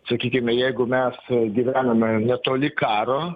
sakykime jeigu mes gyvename netoli karo